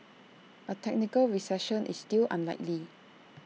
A technical recession is still unlikely